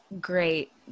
great